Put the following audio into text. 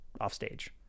offstage